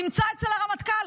נמצא אצל הרמטכ"ל.